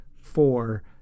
four